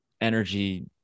energy